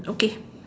okay